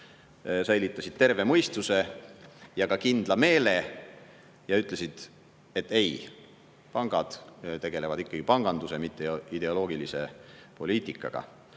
säilitasid terve mõistuse ja kindla meele ja ütlesid, et ei, pangad tegelevad ikkagi panganduse, mitte ideoloogilise poliitikaga.